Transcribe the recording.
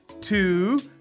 two